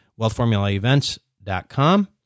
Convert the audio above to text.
wealthformulaevents.com